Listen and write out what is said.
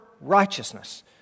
righteousness